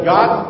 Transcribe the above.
God